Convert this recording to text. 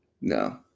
No